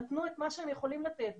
נתנו את מה שהם יכולים לתת,